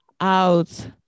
out